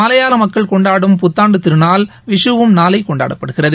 மலையாளமக்கள் கொண்டாடும் புத்தாண்டுதிருநாள் விஷூவும் நாளைகொண்டாடப்படுகிறது